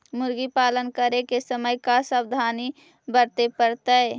मुर्गी पालन करे के समय का सावधानी वर्तें पड़तई?